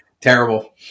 Terrible